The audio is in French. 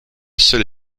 seule